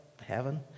heaven